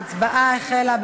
ההצבעה החלה.